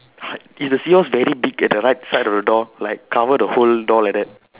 is the seahorse very big at the right side of the door like cover the whole door like that